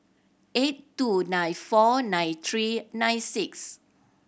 eight two nine four nine three nine six